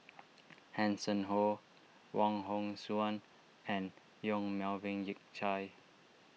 Hanson Ho Wong Hong Suen and Yong Melvin Yik Chye